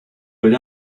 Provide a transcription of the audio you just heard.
but